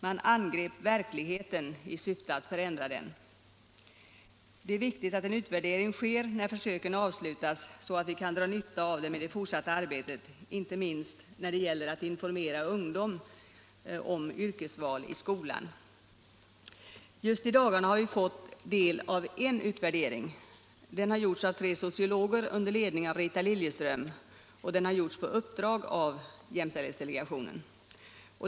Man angrep verkligheten i syfte att förändra den. Det är viktigt att en utvärdering sker när försöken avslutats, så att vi kan dra nytta av dem i det fortsatta arbetet, inte minst när det gäller att informera ungdom om yrkesval i skolan. Just i dagarna har vi fått ta del av en utvärdering. Den har gjorts av tre sociologer under ledning av Rita Liljeström, och den har gjorts på uppdrag av jämställdhetsdelegationen.